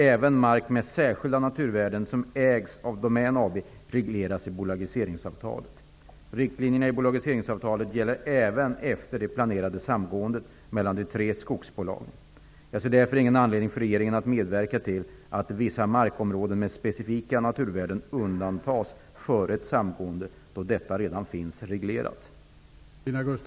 Även mark med särskilda naturvärden som ägs av Domän AB regleras i bolagiseringsavtalet. Riktlinjerna i bolagiseringsavtalet gäller även efter det planerade samgåendet mellan de tre skogsbolagen. Jag ser därför ingen anledning för regeringen att medverka till att vissa markområden med specifika naturvärden undantas före ett samgående då detta redan finns reglerat.